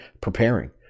preparing